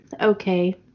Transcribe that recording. okay